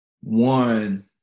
one